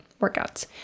workouts